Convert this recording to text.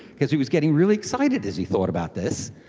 because he was getting really excited as he thought about this.